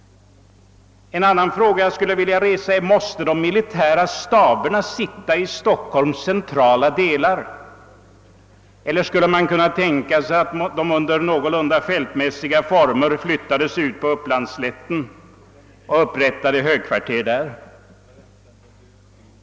En annan fråga jag skulle vilja ställa är: Måste de militära staberna finnas i Stockholms centrala delar, eller skulle man kunna tänka sig att de under någorlunda fältmässiga former flyttades ut på Upplandsslätten och upprättade högkvarter där?